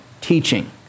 teaching